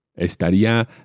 Estaría